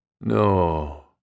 No